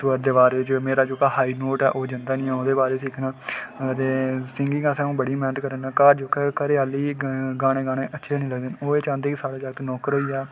ते ओह्दे बाद मेरा जेह्का हाई नोट ऐ ओह्दे बारे च सिक्खना ते सिंगिंग आस्तै अ'ऊं बड़ी मैह्नत करै ना ते घरै आह्लें गी गाने गाना अच्छा निं लगदे ओह् एह् चांह्दे कि साढ़े जागत नौकर होई जा